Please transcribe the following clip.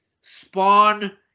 Spawn